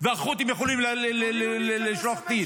והחות'ים יכולים לשלוח טיל.